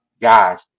guys